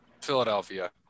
Philadelphia